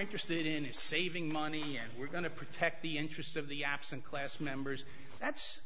interested in is saving money and we're going to protect the interests of the absent class members that's